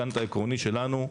הגאנט העקרוני שלנו: